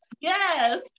Yes